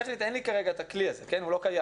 טכנית, אין לי כרגע את הכלי, הוא לא קיים.